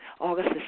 August